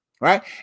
right